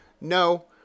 No